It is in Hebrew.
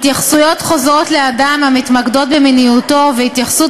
התייחסויות חוזרות לאדם המתמקדות במיניותו והתייחסות